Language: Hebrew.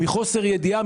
בשל חוסר ידיעה,